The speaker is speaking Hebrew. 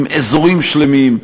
עם אזורים שלמים,